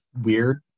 weird